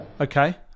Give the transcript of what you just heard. Okay